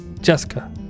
jessica